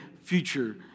future